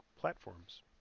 platforms